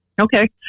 Okay